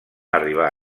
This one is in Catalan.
arribar